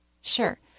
sure